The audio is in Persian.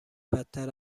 بدتر